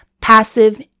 passive